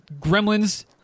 gremlins